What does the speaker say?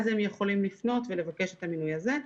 אז הם יכולים לפנות ולבקש את המינוי הזה.